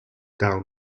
down